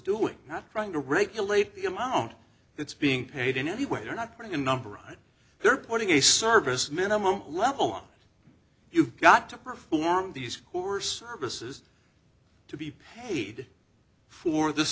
doing not trying to regulate the amount it's being paid in any way you're not going number right they're putting a service minimum level on you've got to perform these who are services to be paid for th